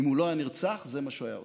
אם הוא לא היה נרצח, זה מה שהוא היה עושה,